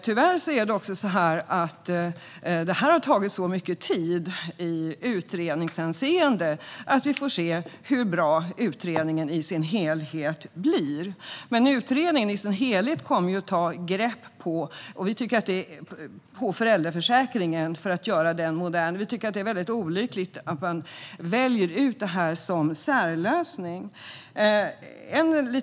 Tyvärr har det tagit så mycket tid i utredningshänseende att vi får se hur bra utredningen i dess helhet blir, men den kommer att ta ett grepp om föräldraförsäkringen för att göra den modern. Vi tycker att det är olyckligt att man väljer en särlösning.